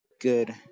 good